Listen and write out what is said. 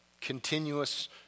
Continuous